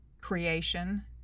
creation